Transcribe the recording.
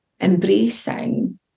embracing